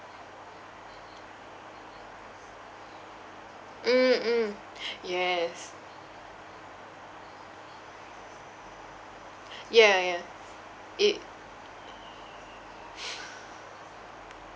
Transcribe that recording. mm mm yes ya ya ya it